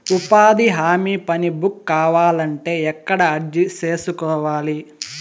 ఉపాధి హామీ పని బుక్ కావాలంటే ఎక్కడ అర్జీ సేసుకోవాలి?